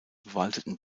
bewaldeten